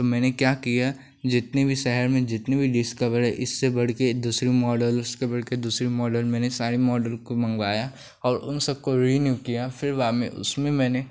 तो मैंने क्या किया जितनी भी शहर में जितनी भी डिस्कवर है इससे बढ़कर दूसरे मॉडल्स उसके बढ़कर दूसरे मॉडल मैंने सारे मॉडल को मँगवाया और उन सब को रीन्यू किया फिर बाद में उसमें मैंने